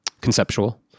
conceptual